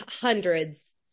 hundreds